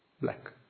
black